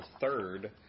third